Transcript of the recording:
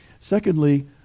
Secondly